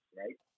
right